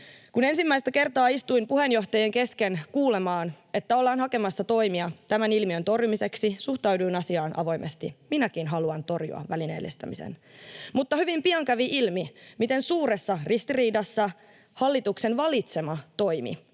Kun ensimmäistä kertaa istuin puheenjohtajien kesken kuulemaan, että ollaan hakemassa toimia tämän ilmiön torjumiseksi, suhtauduin asiaan avoimesti — minäkin haluan torjua välineellistämisen — mutta hyvin pian kävi ilmi, miten suuressa ristiriidassa hallituksen valitsema toimi